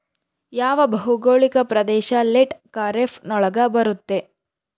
ಯಾವ ಭೌಗೋಳಿಕ ಪ್ರದೇಶ ಲೇಟ್ ಖಾರೇಫ್ ನೊಳಗ ಬರುತ್ತೆ?